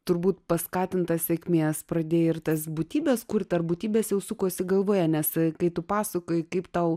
turbūt paskatinta sėkmės pradėjai ir tas būtybes kurt ar būtybės jau sukosi galvoje nes kai tu pasakojai kaip tau